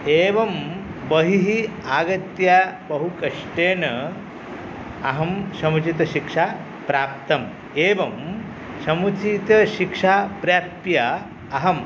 एवं बहिः आगत्य बहुकष्टेन अहं समुचितशिक्षा प्राप्तं एवं समुचितशिक्षा प्राप्य अहं